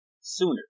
sooner